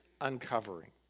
uncovering